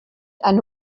eine